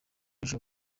ejo